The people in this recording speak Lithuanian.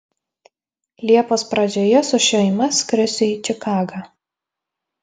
liepos pradžioje su šeima skrisiu į čikagą